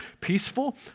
peaceful